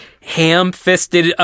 ham-fisted